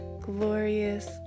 glorious